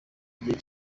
igihe